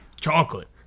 Chocolate